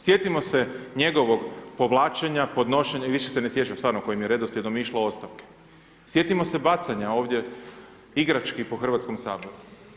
Sjetimo se njegovog povlačenja, podnošenja i više se ne sjećam kojim je redoslijedom išlo ostavke, sjetimo se bacanja ovdje igrački po Hrvatskom saboru.